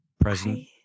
present